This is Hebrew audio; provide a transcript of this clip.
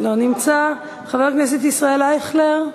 לא נמצא, חבר הכנסת ישראל אייכלר,